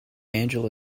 angela